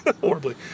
horribly